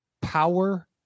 power